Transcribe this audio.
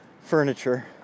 furniture